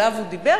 שעליו הוא דיבר.